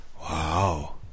Wow